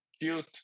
cute